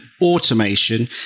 automation